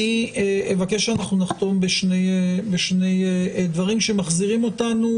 אני אבקש שנחתום בשני דברים שמחזירים אותנו